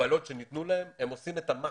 המגבלות שניתנו להם, הם עושים את המקסימום.